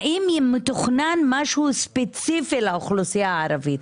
האם מתוכנן משהו ספציפי לאוכלוסייה הערבית?